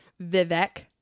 Vivek